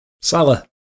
Salah